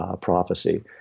prophecy